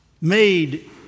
made